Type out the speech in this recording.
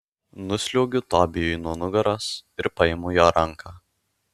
nusliuogiu tobijui nuo nugaros ir paimu jo ranką